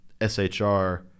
SHR